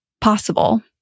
possible